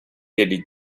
ele